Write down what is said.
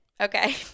Okay